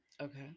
Okay